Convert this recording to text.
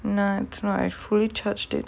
nah it's not I fully charged it